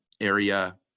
area